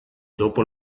dopo